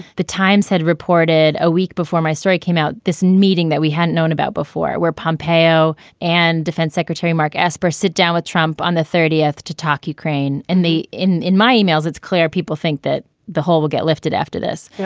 the times had reported a week before my story came out, this meeting that we hadn't known about before, where pompeo and defense secretary mark esper sit down with trump on the thirtieth to talk ukraine. and they in in my emails, it's clear people think that the whole will get lifted after this.